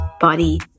body